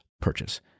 purchase